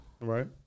Right